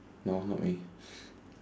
no help me